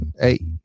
Hey